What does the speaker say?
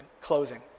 closing